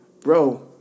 bro